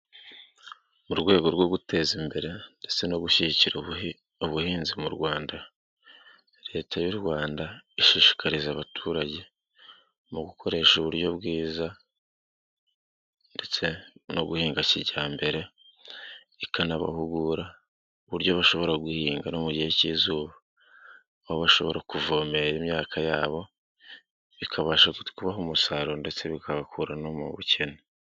Mu rwego rwo guteza imbere ndetse no gushyigikira ubuhinzi mu Rwanda, leta y'u Rwanda ishishikariza abaturage mu gukoresha uburyo bwiza ndetse no guhinga kijyambere, ikanabahugura uburyo bashobora guhinga no mu gihe cy'izuba, baba bashobora kuvomere imyaka yabo bikabasha kubaha umusaruro ndetse bikabakura no mu bukene.